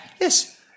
Yes